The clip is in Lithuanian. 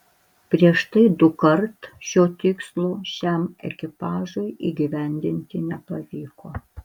prieš tai dukart šio tikslo šiam ekipažui įgyvendinti nepavyko